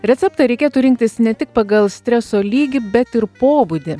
receptą reikėtų rinktis ne tik pagal streso lygį bet ir pobūdį